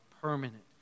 permanent